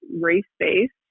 race-based